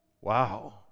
Wow